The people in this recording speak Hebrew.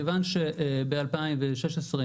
כיוון שב-2016,